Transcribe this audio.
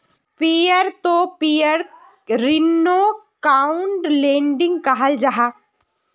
पियर तो पियर ऋन्नोक crowd lending कहाल जाहा